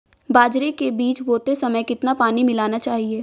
बाजरे के बीज बोते समय कितना पानी मिलाना चाहिए?